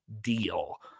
deal